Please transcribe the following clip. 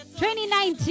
2019